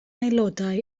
aelodau